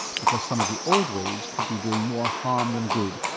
because some of the old ways could be doing more harm than good.